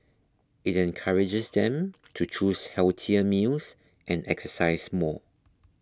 it encourages them to choose healthier meals and exercise more